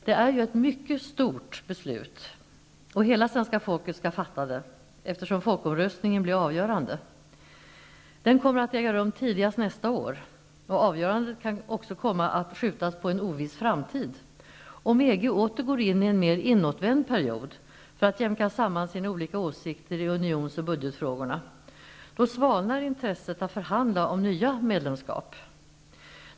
Detta är ju ett mycket stort beslut, och hela svenska folket skall fatta beslutet, eftersom folkomröstningen blir avgörande. Folkomröstningen kommer att äga rum tidigast nästa år, och avgörandet kan också komma att skjutas på en oviss framtid, om EG åter går in i en mer inåtvänd period för att jämka samman sina olika åsikter i unions och budgetfrågorna. Då svalnar intresset för att förhandla om nya medlemskap.